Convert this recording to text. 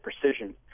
precision